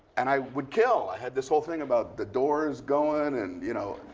and i would kill. i had this whole thing about the doors going and you know.